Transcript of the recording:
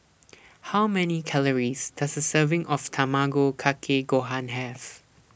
How Many Calories Does A Serving of Tamago Kake Gohan Have